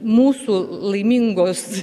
mūsų laimingos